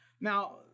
Now